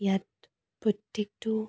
ইয়াত প্ৰত্যেকটো